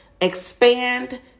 expand